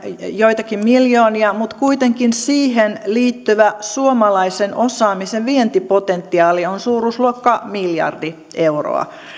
joitakin miljoonia mutta kuitenkin siihen liittyvä suomalaisen osaamisen vientipotentiaali on suuruusluokkaa miljardi euroa